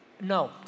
no